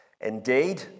Indeed